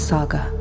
Saga